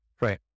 Right